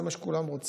זה מה שכולם רוצים,